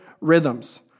rhythms